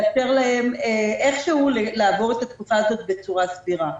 לאפשר להם איכשהו לעבור את התקופה הזאת בצורה סבירה.